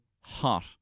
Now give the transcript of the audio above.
hot